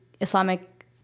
Islamic